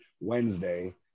Wednesday